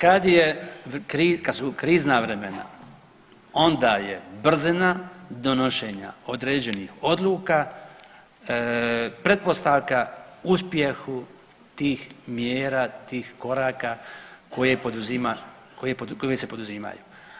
Kad je, kad su krizna vremena onda je brzina donošenja određenih odluka pretpostavka uspjehu tih mjera, tih koraka koje poduzima, koje se poduzimaju.